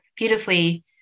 beautifully